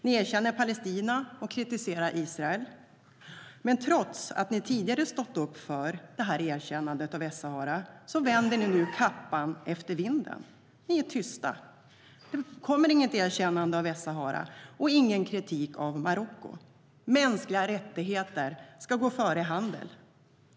Ni erkänner Palestina och kritiserar Israel, men trots att ni tidigare stått upp för ett erkännande av Västsahara vänder ni nu kappan efter vinden och är tysta. Det kommer inget erkännande av Västsahara och ingen kritik av Marocko.Mänskliga rättigheter ska gå före handel.